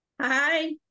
Hi